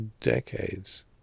decades